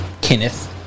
Kenneth